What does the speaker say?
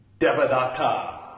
Devadatta